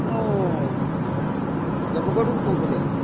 ମୁଁ ଦେବଗଡ଼ରୁ କହୁଥିଲି ଆଜ୍ଞା